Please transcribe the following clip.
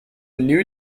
new